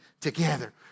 together